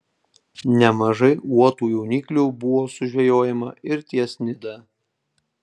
nemažai uotų jauniklių buvo sužvejojama ir ties nida